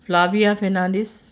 Flavia Fernandes